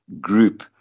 group